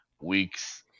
weeks